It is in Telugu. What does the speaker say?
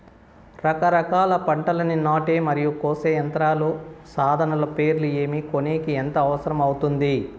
రకరకాల పంటలని నాటే మరియు కోసే యంత్రాలు, సాధనాలు పేర్లు ఏమి, కొనేకి ఎంత అవసరం అవుతుంది?